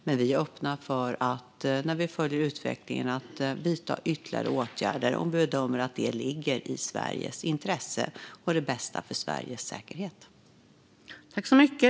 Vi är dock öppna för att, när vi följer utvecklingen, vidta ytterligare åtgärder om vi bedömer att det ligger i Sveriges intresse och är det bästa för Sveriges säkerhet.